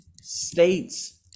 states